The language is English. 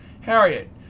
Harriet